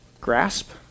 grasp